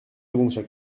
secondes